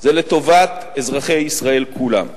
זה לטובת אזרחי ישראל כולם.